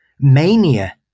mania